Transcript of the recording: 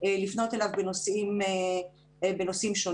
לפנות אליו בנושאים שונים.